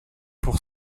pour